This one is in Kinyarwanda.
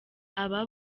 aba